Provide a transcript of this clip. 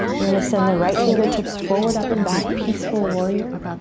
we're gonna send the right fingertips forward up and back, peaceful warrior.